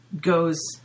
goes